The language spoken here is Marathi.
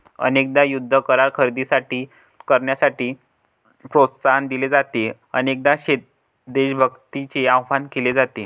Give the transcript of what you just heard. अनेकदा युद्ध करार खरेदी करण्यासाठी प्रोत्साहन दिले जाते, अनेकदा देशभक्तीचे आवाहन केले जाते